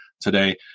today